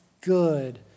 good